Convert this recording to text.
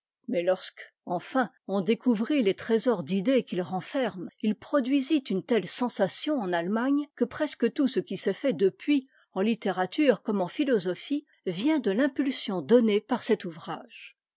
mais lorsque enfin on découvrit es trésors d'idées qu'il renferme il produisit une telle sensation en allemagne que presque tout ce qui s'est fait depuis en littérature comme en philosophie vient de l'impulsion donnée par cet ouvrage